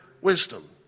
wisdom